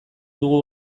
dugu